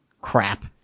crap